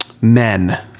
Men